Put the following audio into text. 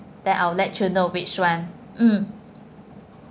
then I'll let you know which [one] mm